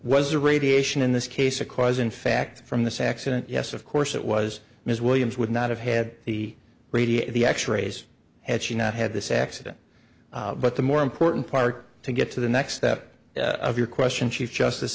was the radiation in this case a cause in fact from this accident yes of course it was ms williams would not have had the radio the x rays had she not had this accident but the more important part to get to the next step of your question chief justice